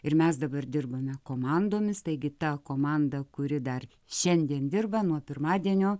ir mes dabar dirbame komandomis taigi ta komanda kuri dar šiandien dirba nuo pirmadienio